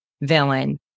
villain